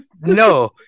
no